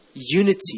Unity